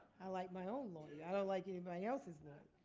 i like my own lawyer. i don't like anybody else's